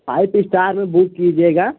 five star मे book कीजिएगा